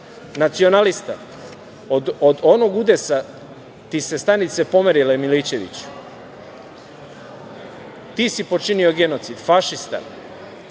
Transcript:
„Nacionalista - od onog udesa ti se stanice pomerile Milićeviću“. „Ti si počinio genocid“. „Fašista“.